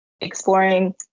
exploring